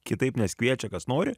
kitaip nes kviečia kas nori